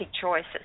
choices